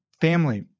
family